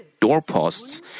doorposts